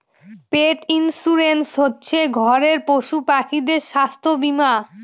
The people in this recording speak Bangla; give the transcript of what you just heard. পেট ইন্সুরেন্স হচ্ছে ঘরের পশুপাখিদের স্বাস্থ্য বীমা